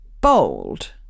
Bold